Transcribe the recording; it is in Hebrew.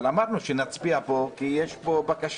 אבל אמרנו שנצביע פה כי יש פה בקשה.